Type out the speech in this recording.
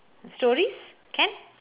stories can